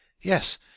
Yes